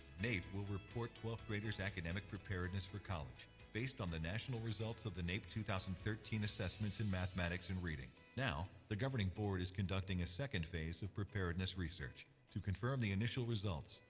naep will report twelfth graders academic preparedness for college based on the national results of the naep two thousand and thirteen assessments in mathematics and reading. now, the governing board is conducting a second phase of preparedness research to confirm the initial results,